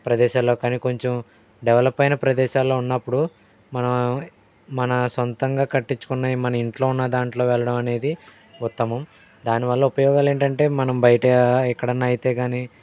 ప్రదేశాల్లో కానీ కొంచెం డెవలప్ అయిన ప్రదేశాల్లో ఉన్నప్పుడు మన మన సొంతంగా కట్టించుకున్నవి మన ఇంట్లో ఉన్న దాంట్లో వెళ్ళడం అనేది ఉత్తమం దాని వల్ల ఉపయోగాలు ఏంటంటే మనం బయట ఎక్కడైనా అయితే కాని